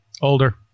Older